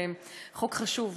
חוק חשוב.